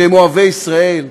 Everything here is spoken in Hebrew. שהם אוהבי ישראל,